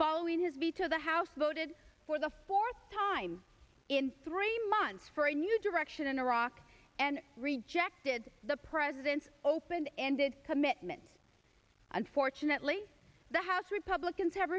following his veto the house voted for the fourth time in three months for a new direction in iraq and rejected the president's open ended commitment unfortunately the house republicans have